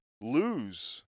lose